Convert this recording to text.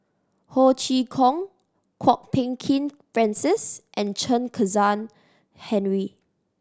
Ho Chee Kong Kwok Peng Kin Francis and Chen Kezhan Henri